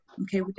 okay